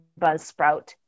Buzzsprout